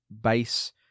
base